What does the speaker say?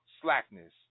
slackness